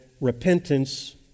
repentance